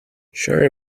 sherry